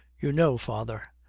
you know, father,